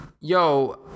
Yo